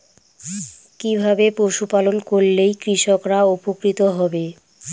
কিভাবে পশু পালন করলেই কৃষকরা উপকৃত হবে?